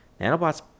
Nanobots